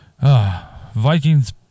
Vikings